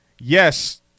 Yes